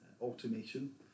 automation